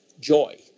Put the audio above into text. joy